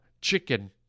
chicken